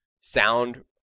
sound